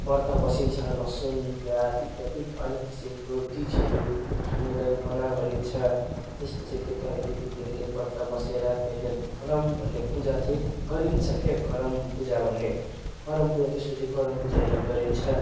व्रत बसिन्छ लहसुन प्याज इत्यादि अनेक किसिमको चिजहरू खानुलाई मना गरिन्छ त्यसपछि केटाहरू केटीहरूले व्रत बसेर त्यहाँ नि अनि करम भन्ने पूजा चाहिँ गरिन्छ के करम पूजा भन्ने करम पूजा त्यसपछि करम पूजाहरू गरिन्छ